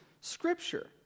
Scripture